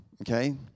Okay